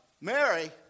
Mary